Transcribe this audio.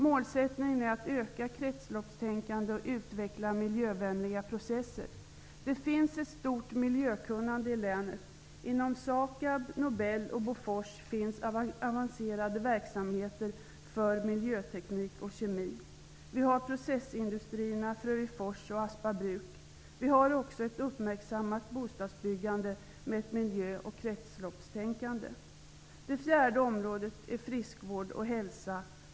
Målsättningen är att öka kretsloppstänkandet och utveckla miljövänliga processer. Det finns ett stort miljökunnande i länet. Inom SAKAB, Nobel och Bofors finns avancerade verksamheter för miljöteknik och kemi. Vi har processindustrierna Frövifors och Aspa bruk. Vi har också ett uppmärksammat bostadsbyggande präglat av miljö och kretsloppstänkande. Det fjärde området är friskvård och hälsa.